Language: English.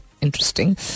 Interesting